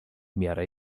miarę